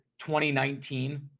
2019